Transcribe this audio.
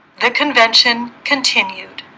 the convention continued